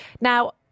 Now